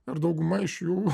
ir dauguma iš jų